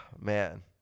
Man